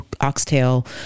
oxtail